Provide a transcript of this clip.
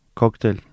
cocktail